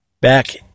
Back